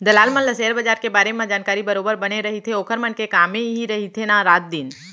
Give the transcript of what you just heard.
दलाल मन ल सेयर बजार के बारे मन जानकारी बरोबर बने रहिथे ओखर मन के कामे इही रहिथे ना रात दिन